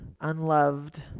unloved